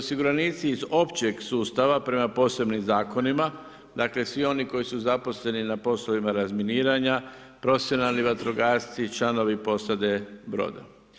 Osiguranici iz općeg sustava prema posebnim zakonima, dakle svi oni koji su zaposleni na poslovima razminiranja, profesionalni vatrogasci, članovi posade broda.